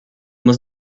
muss